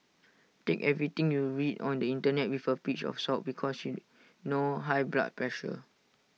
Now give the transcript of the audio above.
take everything you read on the Internet with A pinch of salt because she know high blood pressure